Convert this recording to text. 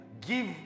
Give